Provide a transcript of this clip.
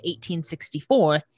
1864